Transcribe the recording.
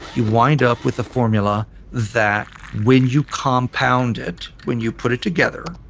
you wind up with a formula that when you compound it, when you put it together,